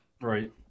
Right